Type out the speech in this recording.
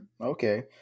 Okay